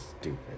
stupid